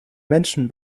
menschen